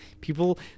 people